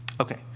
okay